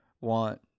want